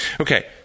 Okay